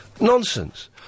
Nonsense